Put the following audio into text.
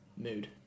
Mood